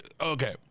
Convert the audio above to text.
okay